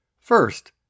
First